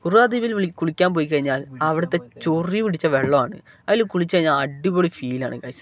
കുറുവ ദ്വീപിൽ വിളി കുളിക്കാൻ പോയി കഴിഞ്ഞാൽ അവിടുത്തെ ചൊറി പിടിച്ച വെള്ളമാണ് അതിൽ കുളിച്ച് കഴിഞ്ഞാൽ അടിപൊളി ഫീലാണ് ഗൈസ്